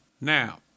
Now